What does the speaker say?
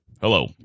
Hello